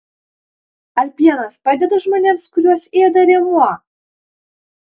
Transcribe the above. ar pienas padeda žmonėms kuriuos ėda rėmuo